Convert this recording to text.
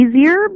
easier